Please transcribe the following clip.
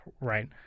right